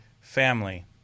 family